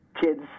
kids